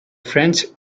french